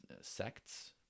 sects